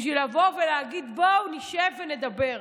בשביל להגיד: בואו נשב ונדבר.